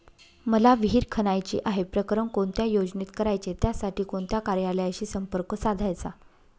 मला विहिर खणायची आहे, प्रकरण कोणत्या योजनेत करायचे त्यासाठी कोणत्या कार्यालयाशी संपर्क साधायचा?